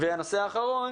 והנושא האחרון